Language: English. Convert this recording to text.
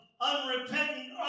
unrepentant